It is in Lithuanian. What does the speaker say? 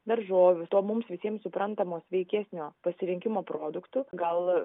daržovių to mums visiems suprantamo sveikesnio pasirinkimo produktų gal